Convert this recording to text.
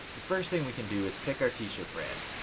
the first thing we can do is pick our t-shirt brand.